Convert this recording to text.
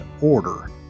order